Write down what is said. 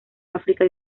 áfrica